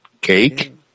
cake